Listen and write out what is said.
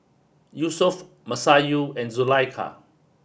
Yusuf Masayu and Zulaikha